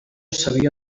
s’havia